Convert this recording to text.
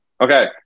Okay